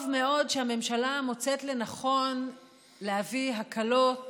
טוב מאוד שהממשלה מוצאת לנכון להביא הקלות